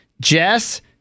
Jess